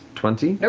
twenty?